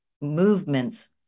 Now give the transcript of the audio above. movements